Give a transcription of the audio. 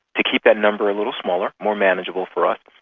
to keep that number a little smaller, more manageable for us,